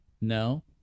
no